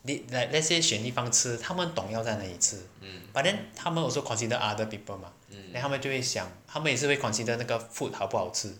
they like let's say 选地方吃他们懂要在哪里吃 but then 他们 also consider other people mah then 他们就会想他们也是会 consider the 那个 food 好不好吃